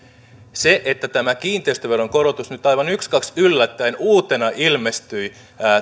se että tämä kiinteistöveron korotus nyt aivan ykskaks yllättäen uutena ilmestyi